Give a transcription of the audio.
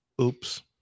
Oops